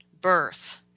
birth